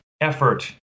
effort